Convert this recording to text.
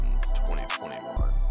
2021